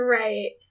right